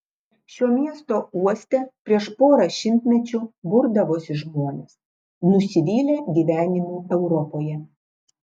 šio miesto uoste prieš porą šimtmečių burdavosi žmonės nusivylę gyvenimu europoje